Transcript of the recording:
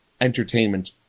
entertainment